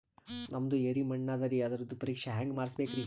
ನಮ್ದು ಎರಿ ಮಣ್ಣದರಿ, ಅದರದು ಪರೀಕ್ಷಾ ಹ್ಯಾಂಗ್ ಮಾಡಿಸ್ಬೇಕ್ರಿ?